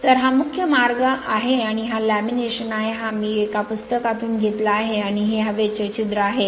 तर हा मुख्य मार्ग आहे आणि हा लॅमिनेशन आहे हा मी एका पुस्तकातून घेतला आहे आणि हे हवेचे छिद्र आहे